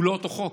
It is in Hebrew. הוא לא אותו חוק,